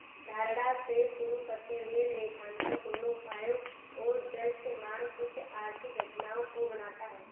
धारणा से शुरू करते हुए लेखांकन दोनों उपायों और दृश्यमान कुछ आर्थिक घटनाओं को बनाता है